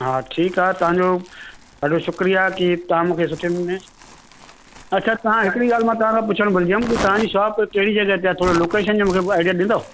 हा ठीकु आहे तव्हांजो ॾाढो शुक्रिया कि तव्हां मूंखे सुठे नमूने अछा तव्हां हिकिड़ी ॻाल्हि मां तव्हां खां पुछणु भुलिजी वियमि कि तव्हांजी शॉप कहिड़ी जॻहि ते आहे थोरो लोकेशन जो मूंखे आइडिया ॾींदव